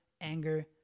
anger